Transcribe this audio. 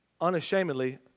unashamedly